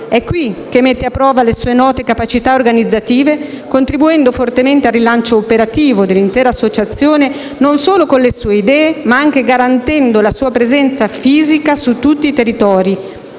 È qui che mette a prova le sue note capacità organizzative, contribuendo fortemente al rilancio operativo dell'intera associazione, non solo con le sue idee, ma anche garantendo la sua presenza fisica su tutti i territori